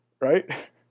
Right